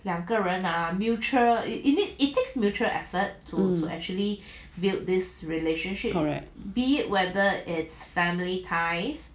correct